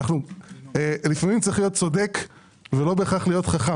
לפעמים צריך להיות צודק ולא חכם,